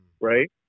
right